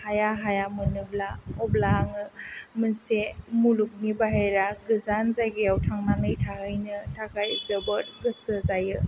हाया हाया मोनोब्ला अब्ला आङो मोनसे मुलुगनि बायह्रा गोजान जायगायाव थांनानै थाहैनो थाखाय जोबोर गोसो जायो